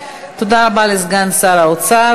תודה רבה לסגן שר האוצר.